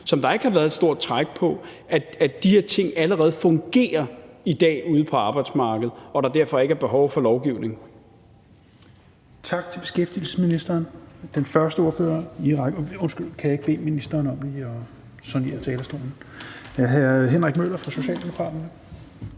som der ikke har været et stort træk på – at de her ting allerede fungerer i dag ude på arbejdsmarkedet, og at der derfor ikke er behov for lovgivning.